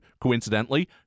coincidentally